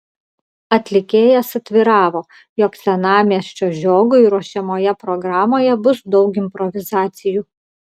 atlikėjas atviravo jog senamiesčio žiogui ruošiamoje programoje bus daug improvizacijų